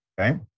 okay